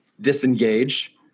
disengage